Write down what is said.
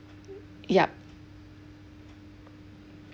yup